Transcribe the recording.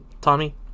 Tommy